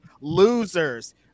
losers